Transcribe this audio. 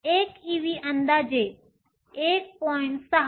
1 ev अंदाजे 1